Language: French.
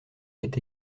est